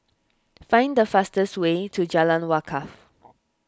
find the fastest way to Jalan Wakaff